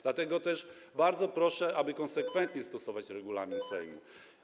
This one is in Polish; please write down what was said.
Dlatego też bardzo proszę, aby konsekwentnie stosować regulamin Sejmu.